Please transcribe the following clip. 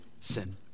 sin